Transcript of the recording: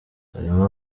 barimo